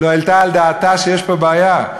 לא העלתה על דעתה שיש פה בעיה.